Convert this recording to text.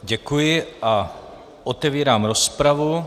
Děkuji a otevírám rozpravu.